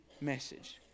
message